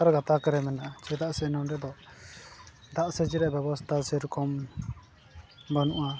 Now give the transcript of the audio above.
ᱞᱟᱛᱟᱨ ᱜᱟᱛᱟᱠ ᱨᱮ ᱢᱮᱱᱟᱜᱼᱟ ᱪᱮᱫᱟᱜ ᱥᱮ ᱱᱚᱸᱰᱮ ᱫᱚ ᱫᱟᱜ ᱥᱮᱡᱽ ᱵᱮᱵᱚᱥᱛᱟ ᱥᱮᱨᱚᱠᱚᱢ ᱵᱟᱹᱱᱩᱜᱼᱟ